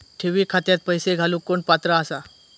ठेवी खात्यात पैसे घालूक कोण पात्र आसा?